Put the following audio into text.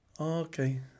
Okay